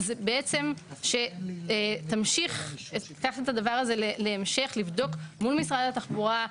אנחנו מצפים שתיקח את הדבר הזה להמשך בדיקה מול משרד התחבורה,